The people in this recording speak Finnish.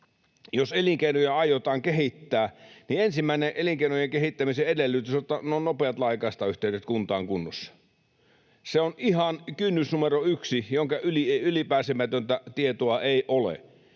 Jos elinkeinoja aiotaan kehittää, niin ensimmäinen elinkeinojen kehittämisen edellytys on, että nopeat laajakaistayhteydet kuntaan ovat kunnossa. Se on ihan kynnys numero yksi, jonka yli pääsemätöntä tietoa ei ole.